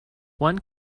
one